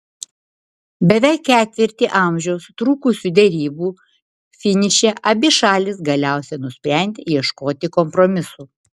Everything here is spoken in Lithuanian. beveik ketvirtį amžiaus trukusių derybų finiše abi šalys galiausiai nusprendė ieškoti kompromisų